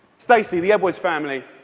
stacy, the edwards family.